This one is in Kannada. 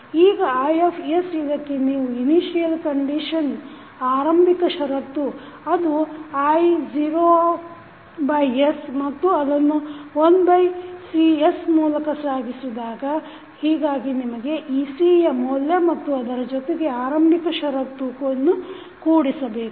ಈಗ I ಇದಕ್ಕೆ ನೀವು ಅದು is ಮತ್ತು ಅದನ್ನು 1Cs ಮೂಲಕ ಸಾಗಿಸಿದಾಗ ಹೀಗಾಗಿ ನಿಮಗೆ ec ಯ ಮೌಲ್ಯ ಮತ್ತು ಅದರ ಜೊತೆಗೆ ಆರಂಭಿಕ ಷರತ್ತನ್ನು ಕೂಡಿಸಬೇಕು